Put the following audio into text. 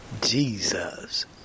Jesus